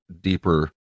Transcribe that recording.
deeper